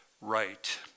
right